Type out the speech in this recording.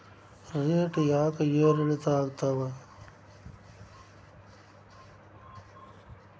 Rate ಯಾಕೆ ಏರಿಳಿತ ಆಗ್ತಾವ?